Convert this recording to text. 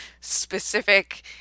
specific